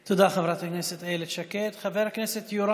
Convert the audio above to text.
תודה, חברת הכנסת איילת שקד.